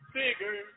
bigger